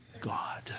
God